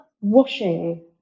washing